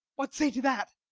what say to that?